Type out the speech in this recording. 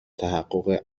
تحقق